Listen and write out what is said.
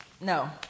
No